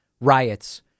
riots